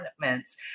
governments